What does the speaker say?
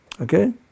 okay